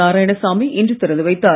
நாராயணசாமி இன்று திறந்து வைத்தார்